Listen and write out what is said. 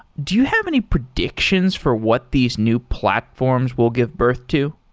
do you have any predictions for what these new platforms will give birth to?